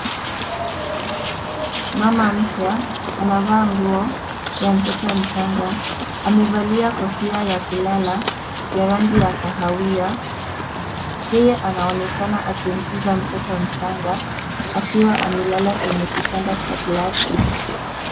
Mama mpya anavaa nguo ya mtoto mchanga. Amevalia kofia ya kulala ya rangi ya kahawia yeye anaonekana akimtunza mtoto mchanga akiwa amelala kwenye kitanda cha glasi.